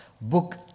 book